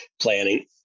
planning